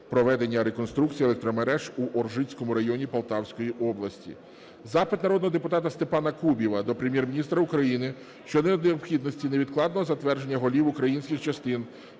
проведення реконструкції електромереж у Оржицькому районі Полтавської області. Запит народного депутата Степана Кубіва до Прем'єр-міністра України щодо необхідності невідкладного затвердження голів Українських частин